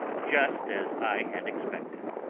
just as i had expected.